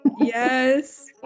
Yes